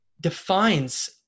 defines